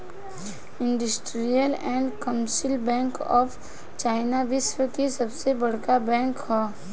industrial and Commercial Bank of China विश्व की सबसे बड़का बैंक ह